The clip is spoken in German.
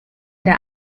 der